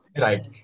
Right